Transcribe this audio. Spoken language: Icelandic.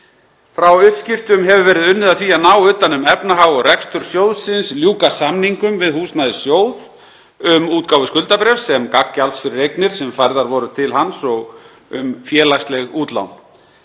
Frá uppskiptum hefur verið unnið að því að ná utan um efnahag og rekstur sjóðsins, ljúka samningum við Húsnæðissjóð um útgáfu skuldabréfs sem gagngjalds fyrir eignir sem færðar voru til hans og um félagsleg útlán.